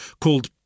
called